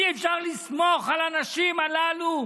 אי-אפשר לסמוך על הנשים הללו,